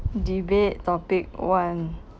debate topic one